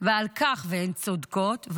והן צודקות,